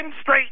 straight